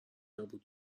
نبوده